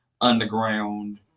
underground